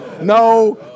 No